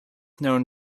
known